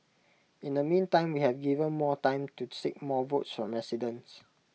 in the meantime we have given more time to seek more votes from residents